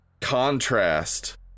contrast